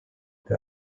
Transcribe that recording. the